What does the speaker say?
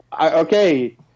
okay